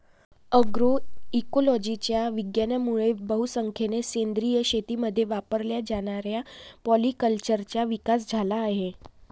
अग्रोइकोलॉजीच्या विज्ञानामुळे बहुसंख्येने सेंद्रिय शेतीमध्ये वापरल्या जाणाऱ्या पॉलीकल्चरचा विकास झाला आहे